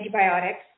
antibiotics